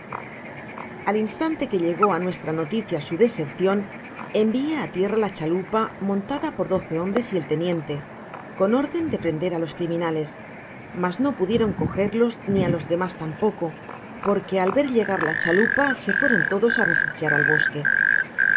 al instanto que llegó á nuestra noticia su desercion envie á tierra la chalupa monta da por doce hombres y el teniente con orden de prender á los criminales mas no pudieron cogerlos ni á los demas tampoco porque al ver llegar la chalupa se fueron todos á refugiar al bosque el